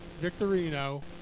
Victorino